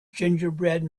gingerbread